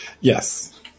Yes